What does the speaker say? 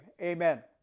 amen